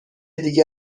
دیگه